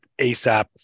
ASAP